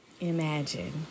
Imagine